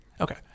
Okay